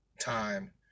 time